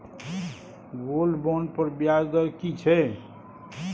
Gold bond पर ब्याज दर की छै?